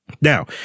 Now